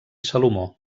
salomó